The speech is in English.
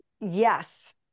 yes